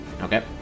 Okay